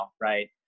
right